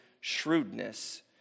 shrewdness